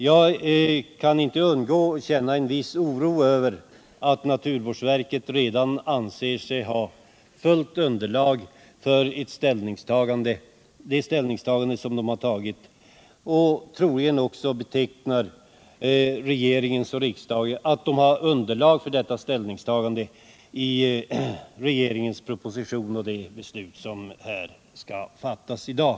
Jag kan inte undgå att känna en viss oro över att naturvårdsverket redan anser sig ha fullgott underlag för det gjorda ställningstagandet —- och dessutom anser sig ha underlag för detta ställningstagande i re = Nr 52 geringens proposition och i det beslut som skall fattas här i dag.